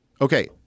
okay